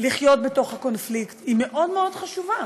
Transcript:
לחיות בתוך הקונפליקט, היא מאוד מאוד חשובה,